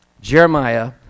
Jeremiah